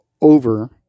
over